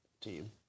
team